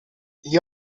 gli